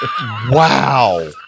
Wow